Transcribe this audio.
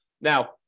Now